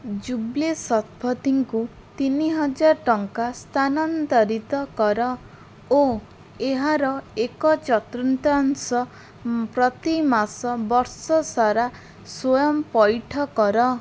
jubilee ଶତପଥୀଙ୍କୁ ତିନିହଜାର ଟଙ୍କା ସ୍ଥାନାନ୍ତରିତ କର ଓ ଏହାର ଏକ ଚତୁର୍ଥାଂଶ ପ୍ରତିମାସ ବର୍ଷ ସାରା ସ୍ଵୟଂ ପଇଠ କର